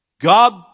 God